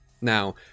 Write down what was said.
Now